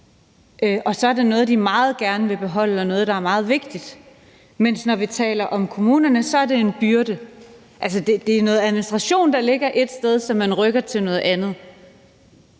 og så er det noget, man meget gerne vil beholde, og noget, der er meget vigtigt. Men når vi taler om kommunerne, er det en byrde. Det er noget administration, der ligger et sted, som man rykker til noget andet